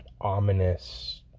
ominous